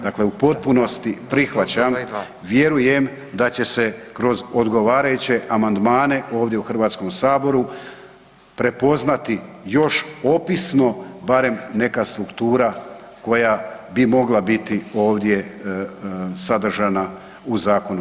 Dakle, u potpunosti prihvaćam i vjerujem da će se kroz odgovarajuće amandmane ovdje u HS prepoznati još opisno barem neka struktura koja bi mogla biti ovdje sadržana u zakonu.